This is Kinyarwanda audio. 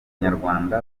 nyarwanda